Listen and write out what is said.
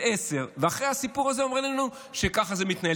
עד 10:00. אחרי הסיפור הזה אומרים לנו שככה זה מתנהל.